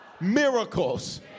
miracles